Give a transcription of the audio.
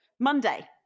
Monday